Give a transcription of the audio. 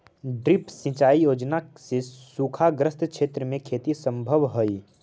drip सिंचाई योजना से सूखाग्रस्त क्षेत्र में खेती सम्भव हइ